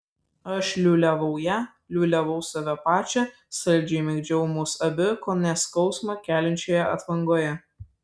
aš liūliavau ją liūliavau save pačią saldžiai migdžiau mus abi kone skausmą keliančioje atvangoje